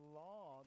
law